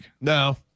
No